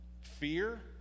Fear